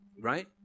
right